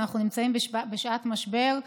ואנחנו נמצאים בשעת משבר,